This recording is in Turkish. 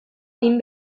bin